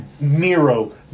Miro